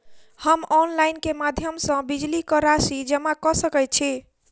हम ऑनलाइन केँ माध्यम सँ बिजली कऽ राशि जमा कऽ सकैत छी?